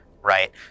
right